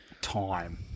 time